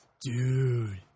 Dude